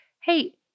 hey